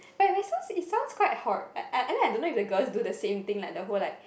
but but is sound quite hard I I I mean I don't know if the girl do the same thing like the whole like